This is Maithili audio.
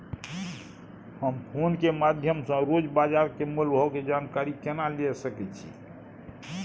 हम फोन के माध्यम सो रोज बाजार के मोल भाव के जानकारी केना लिए सके छी?